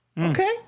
Okay